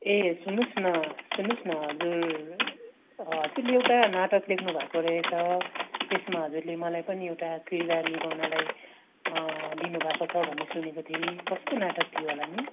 ए सुन्नु होस् न सुन्नु होस् न हजुर हजुरले एउटा नाटक लेख्नु भएको रहेछ त्यसमा हजुरले मलाई पनि एउटा किरदार निभाउनलाई दिनु भएको छ भन्ने सुनेको थिएँ कस्तो नाटक थियो होला नि